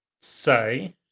say